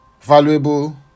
valuable